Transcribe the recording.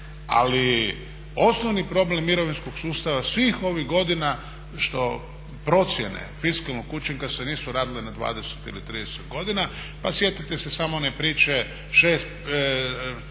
Ali, osnovni problem mirovinskog sustava svih ovih godina što procjene fiskalnog učinka se nisu radile na 20 ili 30 godina. Pa sjetite se samo one priče 6%